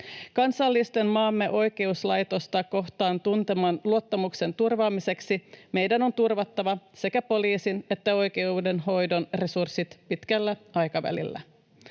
Kansalaisten maamme oikeuslaitosta kohtaan tunteman luottamuksen turvaamiseksi meidän on turvattava sekä poliisin että oikeudenhoidon resurssit pitkällä aikavälillä.